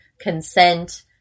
consent